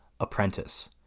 Apprentice